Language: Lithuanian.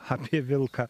apie vilką